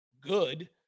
good